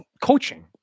coaching